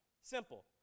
Simple